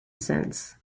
since